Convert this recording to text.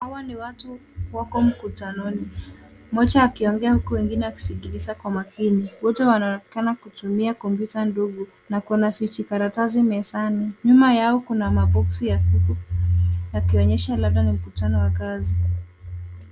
Hawa ni watu wako mkutanoni, mmoja akiongea huku wengine wakisikiliza kwa makini. Wote wanaonekana kutumia kompyuta ndogo na kuna vijikaratasi mezani. Nyuma yao kuna maboksi ya kuku yakionyesha labda ni mkutano wa kazi.